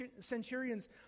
centurion's